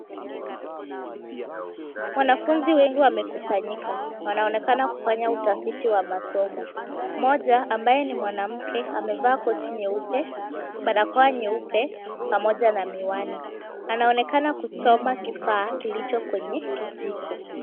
Wanafunzi wengi wamekusanyika, wanaonekana kufanya utafiti wao wa masomo. Mmoja ambaye ni mwanamke amevaa koti nyeupe, barakoa nyeupe pamoja na miwani. Anaonekana kuchomaa kifaa kilicho kwenye kijiko.